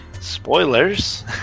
Spoilers